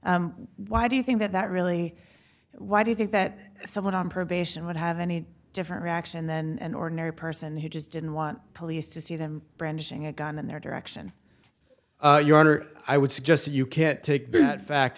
it why do you think that that really why do you think that someone on probation would have any different reaction than an ordinary person who just didn't want police to see them brandishing a gun in their direction your honor i would suggest that you can't take that fact